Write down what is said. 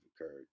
occurred